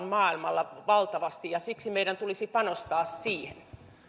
maailmalla valtavasti ja siksi meidän tulisi panostaa siihen